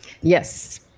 Yes